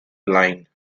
blind